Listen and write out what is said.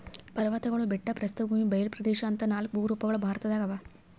ಪರ್ವತ್ಗಳು ಬೆಟ್ಟ ಪ್ರಸ್ಥಭೂಮಿ ಬಯಲ್ ಪ್ರದೇಶ್ ಅಂತಾ ನಾಲ್ಕ್ ಭೂರೂಪಗೊಳ್ ಭಾರತದಾಗ್ ಅವಾ